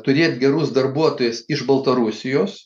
turėt gerus darbuotojus iš baltarusijos